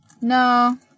No